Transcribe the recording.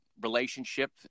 relationship